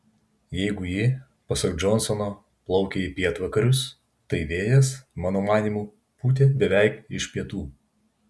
jeigu ji pasak džonsono plaukė į pietvakarius tai vėjas mano manymu pūtė beveik iš pietų